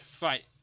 Right